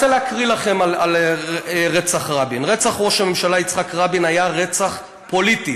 רוצה להקריא לכם על רצח רבין: רצח ראש הממשלה יצחק רבין היה רצח פוליטי,